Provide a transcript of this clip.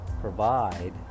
provide